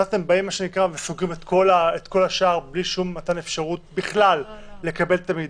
ועכשיו אתם באים וסוגרים את כל השער בלי שום מתן אפשרות לקבל את המידע.